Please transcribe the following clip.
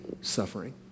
suffering